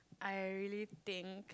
I really think